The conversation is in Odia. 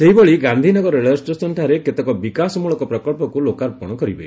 ସେହିଭଳି ଗାନ୍ଧିନଗର ରେଳଷ୍ଟେସନଠାରେ କେତେକ ବିକାଶ ମୂଳକ ପ୍ରକଳ୍ପକୁ ଲୋକାର୍ପଶ କରିବେ